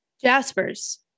Jaspers